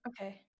Okay